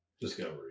Discovery